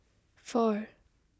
four